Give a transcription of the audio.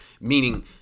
Meaning